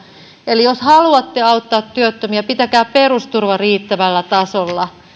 eli jos haluatte auttaa työttömiä pitäkää perusturva riittävällä tasolla